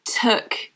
took